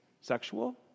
sexual